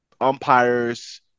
umpires